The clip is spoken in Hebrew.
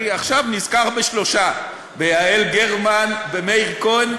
אני עכשיו נזכר בשלושה: ביעל גרמן, במאיר כהן,